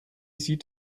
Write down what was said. sieht